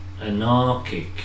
anarchic